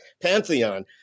pantheon